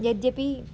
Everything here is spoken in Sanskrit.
यद्यपि